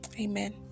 amen